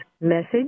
Message